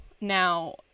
Now